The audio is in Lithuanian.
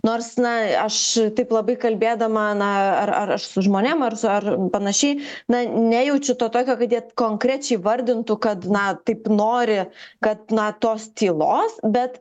nors na aš taip labai kalbėdama na ar ar aš su žmonėm ar su ar panašiai na nejaučiu to tokio kad jie konkrečiai vardintų kad na taip nori kad na tos tylos bet